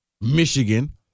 Michigan